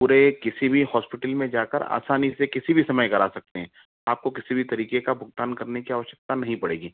पूरे किसी भी हॉस्पिटल में जा कर आसानी से किसी भी समय करा सकते हैं आपको किसी भी तरीके का भुगतान करने की आवश्यकता नहीं पड़ेगी